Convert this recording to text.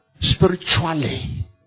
spiritually